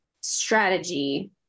strategy